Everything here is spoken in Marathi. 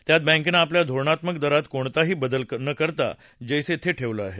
त्यात बँकेनं आपल्या धोरणात्मक दरात कोणताही बदल न करता ते जंसे थे ठेवले आहेत